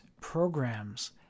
programs